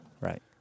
right